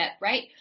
right